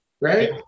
Right